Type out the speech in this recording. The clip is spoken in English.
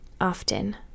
often